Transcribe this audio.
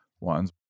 ones